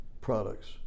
products